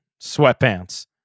sweatpants